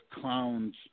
clowns